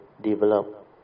develop